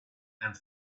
and